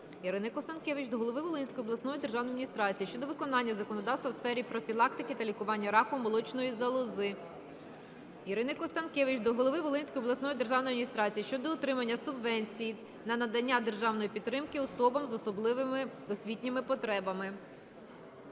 Ірини Констанкевич до голови Волинської обласної державної адміністрації щодо виконання законодавства в сфері профілактики та лікування раку молочної залози. Ірини Констанкевич до голови Волинської обласної державної адміністрації щодо отримання субвенції на надання державної підтримки особам з особливими освітніми потребами.